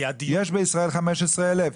יש בישראל 15 אלף,